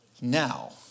now